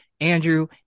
andrew